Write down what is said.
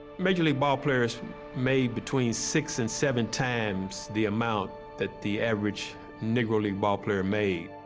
major league ballplayers made between six and seven times the amount that the average negro league ballplayer made.